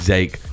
Jake